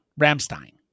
Ramstein